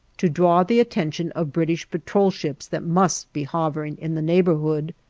to draw the attention of british patrol ships that must be hovering in the neighborhood.